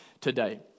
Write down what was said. today